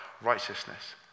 righteousness